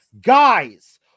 guys